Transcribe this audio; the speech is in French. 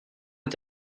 est